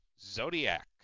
Zodiac